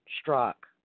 struck